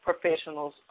professionals